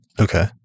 Okay